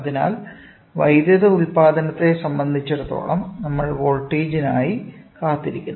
അതിനാൽ വൈദ്യുത ഉൽപാദനത്തെ സംബന്ധിച്ചിടത്തോളം നമ്മൾ വോൾട്ടേജിനായി കാത്തിരിക്കുന്നു